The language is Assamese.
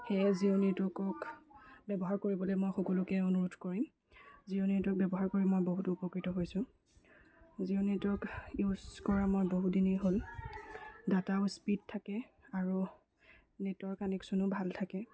সেয়ে জিঅ' নেটৱৰ্কক ব্যৱহাৰ কৰিবলৈ মই সকলোকে অনুৰোধ কৰিম জিঅ' নেটৱৰ্ক ব্যৱহাৰ কৰি মই বহুত উপকৃত হৈছোঁ জিঅ' নেটৱৰ্ক ইউজ কৰা মই বহু দিনেই হ'ল ডাটাও স্পীড থাকে আৰু নেটৱৰ্ক কানেক্যনো ভাল থাকে